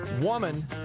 Woman